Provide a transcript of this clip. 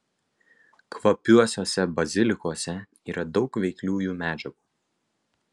kvapiuosiuose bazilikuose yra daug veikliųjų medžiagų